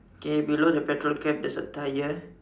k below the petrol cap there's a tyre